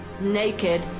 naked